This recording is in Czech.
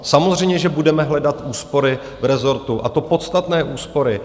Samozřejmě že budeme hledat úspory v rezortu, a to podstatné úspory.